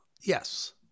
Yes